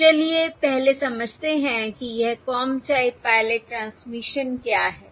तो चलिए पहले समझते हैं कि यह कॉम टाइप पायलट ट्रांसमिशन क्या है